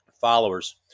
followers